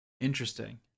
interesting